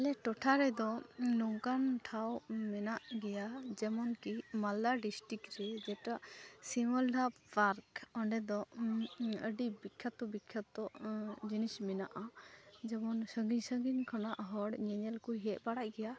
ᱟᱞᱮ ᱴᱚᱴᱷᱟ ᱨᱮᱫᱚ ᱱᱚᱝᱠᱟᱱ ᱴᱷᱟᱶ ᱢᱮᱱᱟᱜ ᱜᱮᱭᱟ ᱡᱮᱢᱚᱱᱠᱤ ᱢᱟᱞᱫᱟ ᱰᱤᱥᱴᱤᱠᱨᱮ ᱡᱮᱴᱟ ᱥᱤᱢᱳᱞᱰᱦᱟᱯ ᱯᱟᱨᱠ ᱚᱸᱰᱮᱫᱚ ᱟᱹᱰᱤ ᱵᱤᱠᱠᱷᱟᱛᱚᱼᱵᱤᱠᱠᱷᱟᱛᱚ ᱡᱤᱱᱤᱥ ᱢᱮᱱᱟᱜᱼᱟ ᱡᱮᱢᱚᱱ ᱥᱟᱺᱜᱤᱧᱼᱥᱟᱺᱜᱤᱧ ᱠᱷᱚᱱᱟᱜ ᱦᱚᱲ ᱧᱮᱧᱮᱞᱠᱚ ᱦᱮᱡᱵᱟᱲᱟᱜ ᱜᱮᱭᱟ